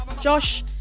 Josh